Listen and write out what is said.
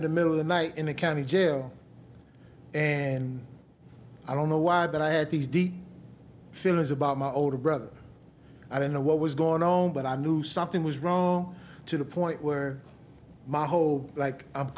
in the middle of the night in a county jail and i don't know why but i had these deep feelings about my older brother i don't know what was going on but i knew something was wrong to the point where my whole like